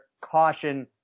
caution